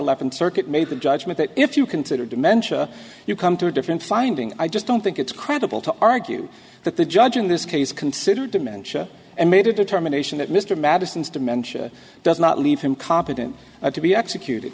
eleventh circuit made the judgment that if you consider dimentia you come to a different finding i just don't think it's credible to argue that the judge in this case considered dementia and made a determination that mr madison's dimentia does not leave him competent to be executed